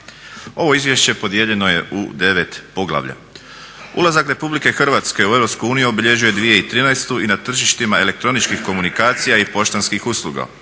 Ovo izvješće podijeljeno je u devet poglavlja. Ulazak RH u EU obilježio je 2013. i na tržištima elektroničkih komunikacija i poštanskih usluga.